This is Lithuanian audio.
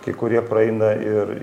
kai kurie praeina ir